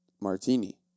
Martini